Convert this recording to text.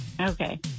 okay